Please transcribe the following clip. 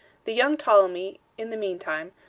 the young ptolemy, in the mean time,